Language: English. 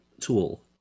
tool